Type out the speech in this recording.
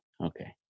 Okay